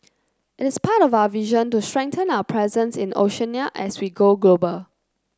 it is part of our vision to strengthen our presence in Oceania as we go global